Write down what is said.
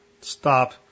stop